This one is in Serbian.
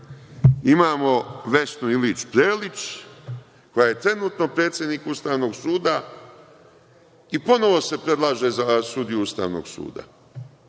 imamo Vesnu Ilić Prelić, koja je trenutno predsednik Ustavnog suda, i ponovo se predlaže za sudiju Ustavnog suda.